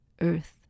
earth